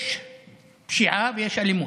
יש פשיעה ויש אלימות.